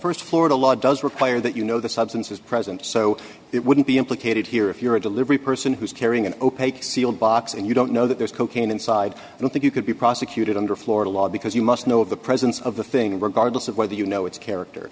that st florida law does require that you know the substance is present so it wouldn't be implicated here if you're a delivery person who's carrying an opaque sealed box and you don't know that there's cocaine inside i don't think you could be prosecuted under florida law because you must know of the presence of the thing regardless of whether you know its character